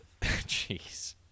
Jeez